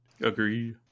agree